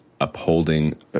upholding